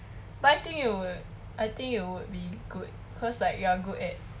but I think you will it think it will be good cause like you are good at